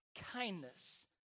kindness